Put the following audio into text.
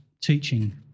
teaching